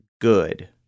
good